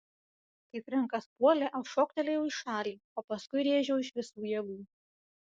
kai frenkas puolė aš šoktelėjau į šalį o paskui rėžiau iš visų jėgų